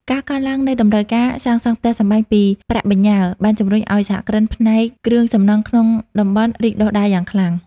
ការកើនឡើងនៃតម្រូវការសាងសង់ផ្ទះសម្បែងពីប្រាក់បញ្ញើ បានជម្រុញឱ្យសហគ្រិនផ្នែកគ្រឿងសំណង់ក្នុងតំបន់រីកដុះដាលយ៉ាងខ្លាំង។